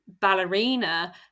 ballerina